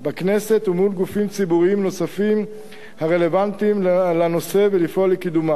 בכנסת ומול גופים ציבוריים נוספים הרלוונטיים לנושא ולפעול לקידומם.